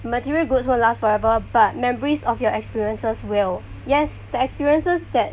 material goods won't last forever but memories of your experiences will yes the experiences that